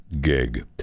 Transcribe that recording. gig